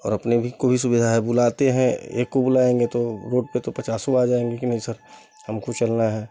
और अपने भी कोई सुविधाएँ बुलाते हैं एक को बुलाएँगे तो रोड पे तो पचासों आ जाएँगे कि नइ सर हमको चलना है